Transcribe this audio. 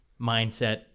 mindset